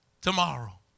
tomorrow